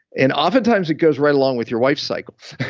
and oftentimes it goes right along with your wife's cycles.